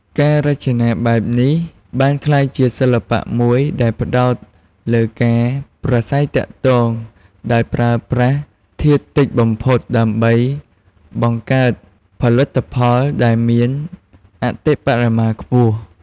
ការរចនាបែបនេះបានក្លាយជា សិល្បៈមួយដែលផ្ដោតលើការប្រាស្រ័យទាក់ទង ដោយប្រើប្រាស់ធាតុតិចបំផុត ដើម្បីបង្កើតផលិតផលដែលមានអតិបរមាខ្ពស់ ។